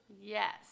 Yes